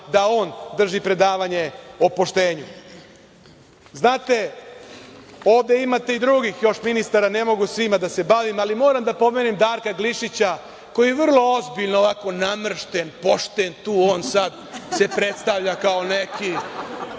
da on drži predavanje o poštenju. Znate, ovde imate i drugih još ministara, ne mogu svima da se bavim, ali moram da pomenem Darka Glišića koji vrlo ozbiljno, ovako namršten, pošten, tu on sada se predstavlja kao neki